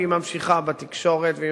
והיא ממשיכה בתקשורת והיא